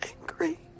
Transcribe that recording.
angry